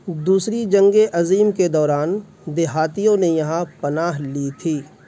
دوسری جنگ عظیم کے دوران دیہاتیوں نے یہاں پناہ لی تھی